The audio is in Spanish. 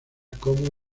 como